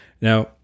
Now